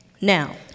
Now